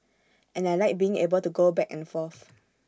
and I Like being able to go back and forth